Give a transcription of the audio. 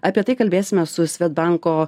apie tai kalbėsime su svedbanko